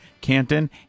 Canton